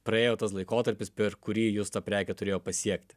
praėjo tas laikotarpis per kurį jus ta prekė turėjo pasiekti